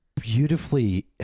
beautifully